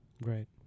Right